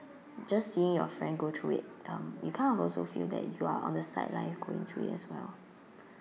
just seeing your friend go through it um you kind of also feel that you are on the sidelines going through it as well